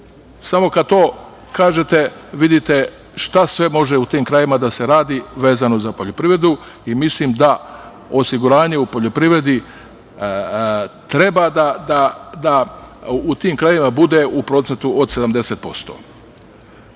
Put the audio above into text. Samo kad to kažete, vidite šta sve može u tim krajevima da se radi vezano za poljoprivredu i mislim da osiguranje u poljoprivredi treba da u tim krajevima bude u procentu od 70%.Ta